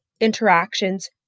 interactions